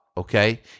Okay